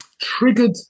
triggered